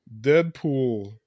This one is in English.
Deadpool